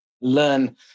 learn